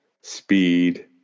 Speed